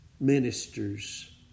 ministers